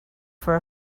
for